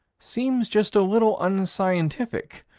seems just a little unscientific,